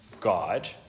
God